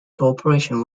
cooperation